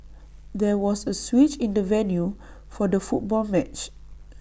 there was A switch in the venue for the football match